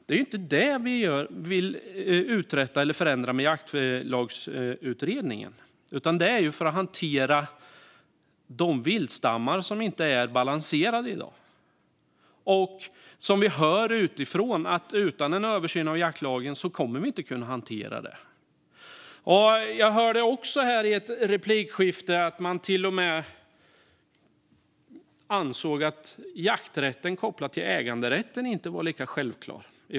Det är inte det vi vill förändra med en jaktlagsutredning, utan det handlar om att hantera de viltstammar som i dag inte är balanserade. Och vi hör utifrån att utan en översyn av jaktlagen kommer vi inte att kunna hantera det. Jag hörde i ett replikskifte här att man från Socialdemokraternas sida till och med anser att jakträtten kopplad till äganderätten inte är självklar.